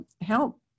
help